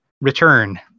return